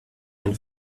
ein